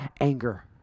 anger